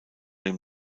dem